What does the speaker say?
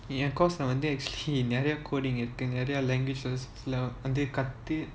and because நிறைய:niraya coding இருக்கு நிறைய:iruku niraya languages லாம் கத்து:laam kathu